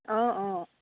অঁ অঁ